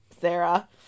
Sarah